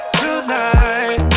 tonight